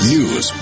News